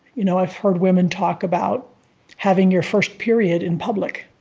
you know, i've heard women talk about having your first period in public,